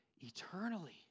eternally